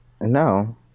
no